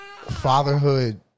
Fatherhood